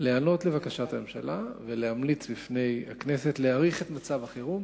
להיענות לבקשת הממשלה ולהמליץ בפני הכנסת להאריך את מצב החירום